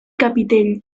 capitell